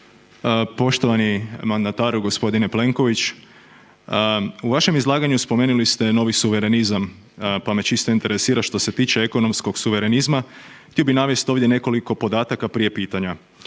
Poštovani mandataru gospodine Plenković u vašem izlaganju spomenuli ste novi suverenizam, pa me čisto interesira što se tiče ekonomskom suverenizma htio bi navest ovdje nekoliko podataka prije pitanja.